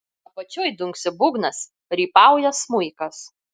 apačioj dunksi būgnas rypauja smuikas